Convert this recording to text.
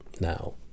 now